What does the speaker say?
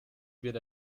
wird